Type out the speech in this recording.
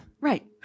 Right